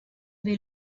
wie